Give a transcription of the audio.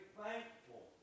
thankful